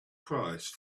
price